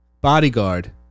bodyguard